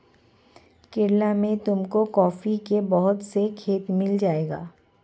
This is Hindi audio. केरला में तुमको कॉफी के बहुत से खेत मिल जाएंगे